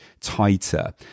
tighter